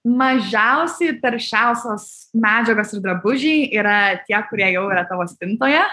mažiausiai taršiausios medžiagos ir drabužiai yra tie kurie jau yra tavo spintoje